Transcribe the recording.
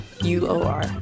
U-O-R